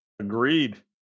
Agreed